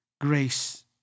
grace